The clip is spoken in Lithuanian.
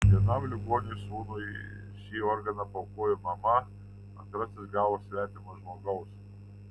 vienam ligoniui sūnui šį organą paaukojo mama antrasis gavo svetimo žmogaus